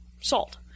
salt